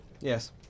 Yes